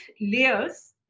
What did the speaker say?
layers